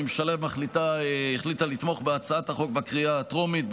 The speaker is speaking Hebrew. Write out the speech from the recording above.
הממשלה החליטה לתמוך בהצעת החוק בקריאה הטרומית,